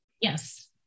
yes